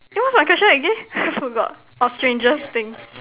eh what's my question again I forgot orh strangest thing